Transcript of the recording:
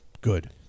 good